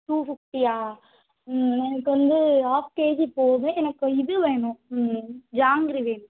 two ஃபிஃப்டியா எனக்கு வந்து ஹாப் கேஜி போதும் எனக்கு இது வேணும் ஜாங்கிரி வேணும்